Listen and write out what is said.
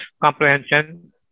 comprehension